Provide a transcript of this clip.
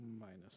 Minus